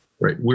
Right